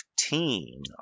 Fifteen